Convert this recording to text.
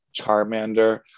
Charmander